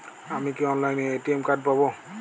আমি কি অনলাইনে এ.টি.এম কার্ড পাব?